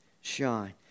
shine